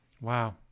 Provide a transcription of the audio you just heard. wow